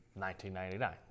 1999